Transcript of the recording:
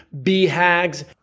BHAGs